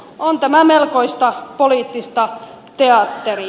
on tämä melkoista poliittista teatteria